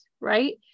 Right